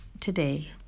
today